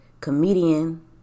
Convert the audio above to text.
comedian